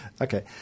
Okay